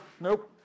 nope